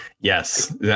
Yes